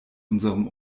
unserem